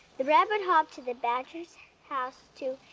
the rabbit hopped to the badger's house to